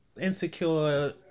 Insecure